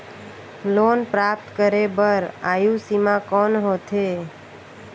Loan प्राप्त करे बर आयु सीमा कौन होथे?